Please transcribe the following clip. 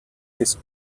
his